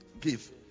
give